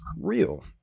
real